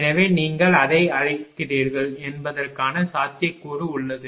எனவே நீங்கள் எதை அழைக்கிறீர்கள் என்பதற்கான சாத்தியக்கூறு உள்ளது